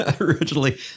originally